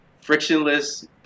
Frictionless